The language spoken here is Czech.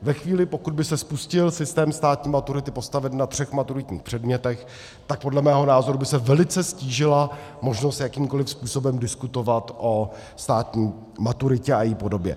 Ve chvíli, pokud by se spustil systém státní maturity postavený na třech maturitních předmětech, tak podle mého názoru by se velice ztížila možnost jakýmkoliv způsobem diskutovat o státní maturitě a její podobě.